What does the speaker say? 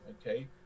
okay